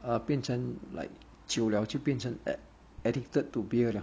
err 变成 like 久了就变成 addicted to beer